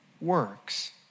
works